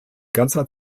ganzer